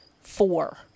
four